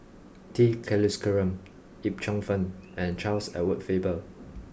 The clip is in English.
T Kulasekaram Yip Cheong Fun and Charles Edward Faber